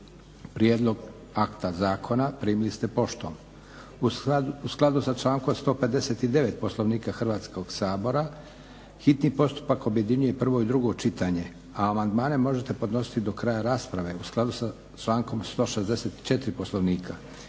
Prijedlog akta zakona primili ste poštom. U skladu sa člankom 159. Poslovnika Hrvatskog sabora, hitni postupak objedinjuje prvo i drugo čitanje, a amandmane možete podnositi do kraja rasprave u skladu sa člankom 164. Poslovnika